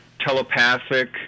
telepathic